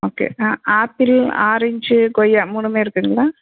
okay apple orange கொய்யா மூணுமே இருக்குங்களா